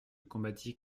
combattit